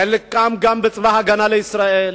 חלקם גם בצבא-הגנה לישראל.